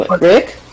Rick